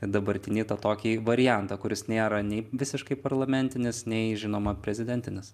ir dabartinį tą tokį variantą kuris nėra nei visiškai parlamentinis nei žinoma prezidentinis